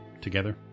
together